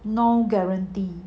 no guarantee